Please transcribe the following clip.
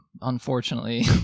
unfortunately